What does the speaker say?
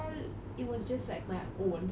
it was just like my own style